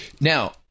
Now